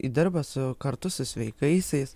ir dirba su kartu su sveikaisiais